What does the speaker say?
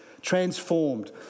Transformed